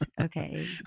Okay